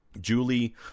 Julie